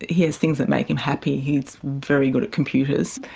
he has things that make him happy, he's very good at computers.